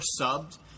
subbed